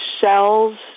cells